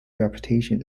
reputation